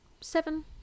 Seven